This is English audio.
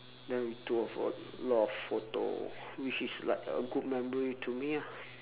then we took of a lot of photo which is like a good memory to me ah